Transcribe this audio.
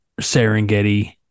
Serengeti